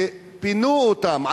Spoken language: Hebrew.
שפינו אותם,